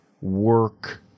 work